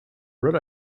red